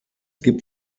gibt